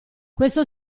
questo